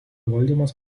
valdymas